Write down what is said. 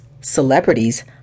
celebrities